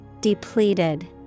Depleted